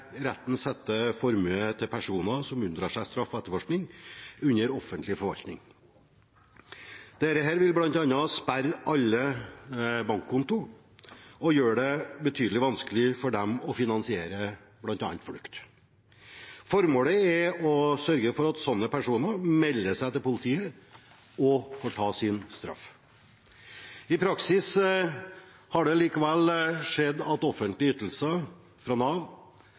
retten sette formuen til personer som unndrar seg straff og etterforskning, under offentlig forvaltning. Dette vil bl.a. sperre alle bankkontoer og gjøre det betydelig vanskeligere for dem å finansiere bl.a. flukt. Formålet er å sørge for at slike personer melder seg til politiet og tar sin straff. I praksis har det likevel skjedd at offentlige ytelser fra Nav